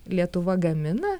lietuva gamina